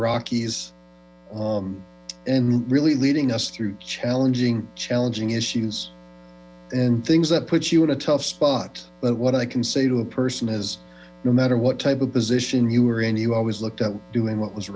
rockies and really leading us through challenging challenging issues and things that puts you in a tough spot but what i can say to a person is no matter what type of position you are in you always looked at doing what was